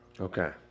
okay